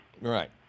Right